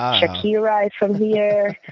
ah shakira is from here.